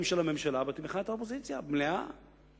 של הממשלה בתמיכה המלאה של האופוזיציה.